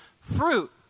fruit